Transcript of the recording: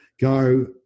go